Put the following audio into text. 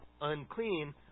unclean